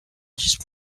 just